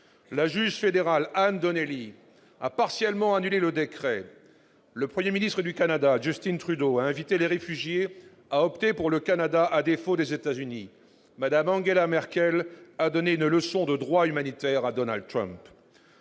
La juge fédérale Ann Donnelly a partiellement annulé le décret. Le Premier ministre du Canada, Justin Trudeau, a invité les réfugiés à opter pour le Canada, à défaut des États-Unis. Enfin, Mme Angela Merkel a donné une leçon de droit humanitaire à Donald Trump.